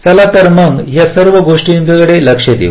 चला तर मग या सर्व गोष्टींकडे लक्ष देऊ